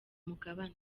mugabane